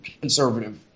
conservative